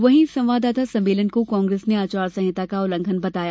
वहीं इस संवाददाता सम्मेलन को कांग्रेस ने आचार संहिता का उल्लंघन करना बताया